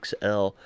XL